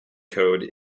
code